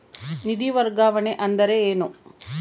ನಿಧಿ ವರ್ಗಾವಣೆ ಅಂದರೆ ಏನು?